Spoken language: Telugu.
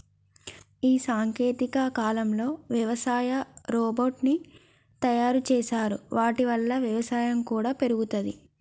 ఈ సాంకేతిక కాలంలో వ్యవసాయ రోబోట్ ను తయారు చేశారు వాటి వల్ల వ్యవసాయం కూడా పెరుగుతది